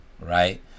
right